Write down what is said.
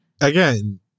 Again